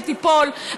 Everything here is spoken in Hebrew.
שתיפול,